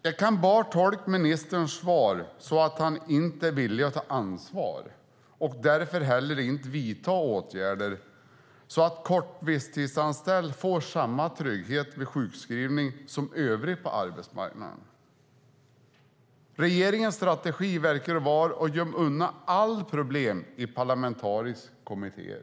Jag kan bara tolka ministerns svar som att han inte är villig att ta ansvar och därför inte heller vidtar åtgärder så att de som är visstidsanställda under kort tid får samma trygghet vid sjukskrivning som övriga på arbetsmarknaden. Regeringens strategi verkar vara att gömma undan alla problem i parlamentariska kommittéer.